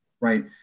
right